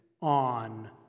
on